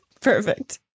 Perfect